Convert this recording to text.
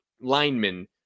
linemen